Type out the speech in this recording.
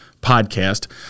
podcast